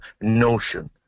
notion